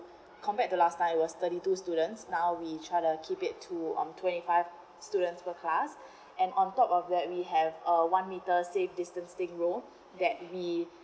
compared to last time was thirty two students now we try uh keep it to um twenty five students per class and on top of that we have uh one meter safe distancing rule that we